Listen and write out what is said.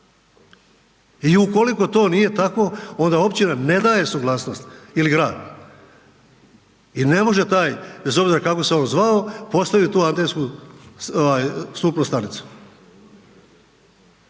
I ukoliko to nije tako, onda općina ne daje suglasnost ili grad. I ne može taj, bez obzira kako se on zvao postaviti tu antensku stupnu stanicu.